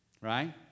Right